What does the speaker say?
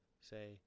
say